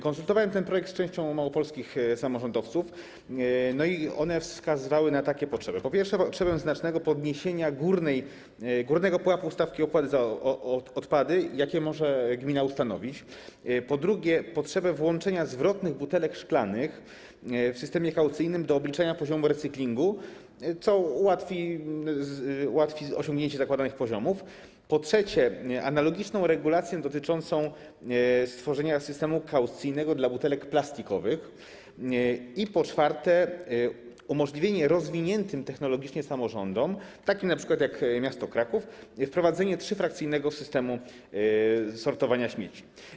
Konsultowałem ten projekt z częścią małopolskich samorządowców i one wskazywały na takie potrzeby: po pierwsze, potrzebę znacznego podniesienia górnego pułapu stawki opłaty za odpady, jakie może ustanowić gmina, po drugie, potrzebę włączenia zwrotnych butelek szklanych w systemie kaucyjnym do obliczenia poziomu recyklingu, co ułatwi osiągnięcie zakładanych poziomów, po trzecie, analogiczną regulację dotyczącą stworzenia systemu kaucyjnego dla butelek plastikowych i po czwarte, umożliwienie rozwiniętym technologicznie samorządom, takim np. jak miasto Kraków, wprowadzenie trzyfrakcyjnego systemu sortowania śmieci.